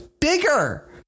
bigger